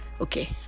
Okay